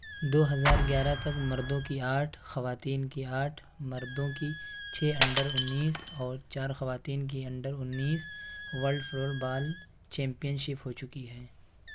دو ہزار گیارہ تک مردوں کی آٹھ خواتین کی آٹھ مردوں کی چھ انڈر انیس اور چار خواتین کی انڈر انیس world floorball championship ہو چکی ہیں